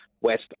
West